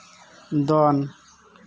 ᱫᱚᱱ